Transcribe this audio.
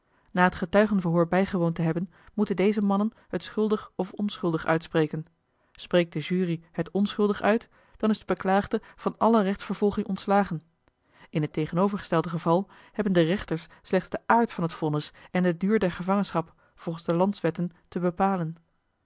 na het getuigenverhoor bijgewoond te hebben moeten deze mannen het schuldig of onschuldig uitspreken spreekt de jury het onschuldig uit dan is de beklaagde van alle rechtsvervolging ontslagen in het tegenovergestelde geval hebben de rechters slechts den aard van het vonnis en den duur der gevangenschap volgens de landswetten te bepalen